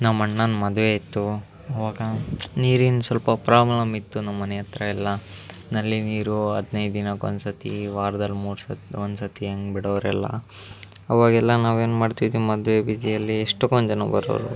ನಮ್ಮಣ್ಣನ ಮದುವೆ ಇತ್ತು ಆವಾಗ ನೀರಿನ ಸ್ವಲ್ಪ ಪ್ರಾಬ್ಲಮ್ ಇತ್ತು ನಮ್ಮನೆ ಹತ್ರ ಎಲ್ಲ ನಲ್ಲಿ ನೀರು ಹದಿನೈದು ದಿನಕ್ಕೆ ಒಂದ್ಸರ್ತಿ ವಾರದಲ್ಲಿ ಮೂರು ಸ ಒಂದ್ಸರ್ತಿ ಹಾಗೆ ಬಿಡೋರೆಲ್ಲ ಆವಾಗೆಲ್ಲ ನಾವು ಏನು ಮಾಡುತ್ತಿದ್ದೀವಿ ಮದುವೆ ಬಿಜಿಯಲ್ಲಿ ಎಷ್ಟೊಂದು ಜನ ಬರೋರು